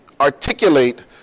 articulate